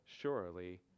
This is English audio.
surely